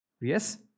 Yes